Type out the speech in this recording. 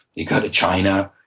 you go to china,